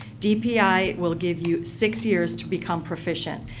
dpi will give you six years to become proficient.